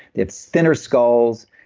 it's thinner skulls,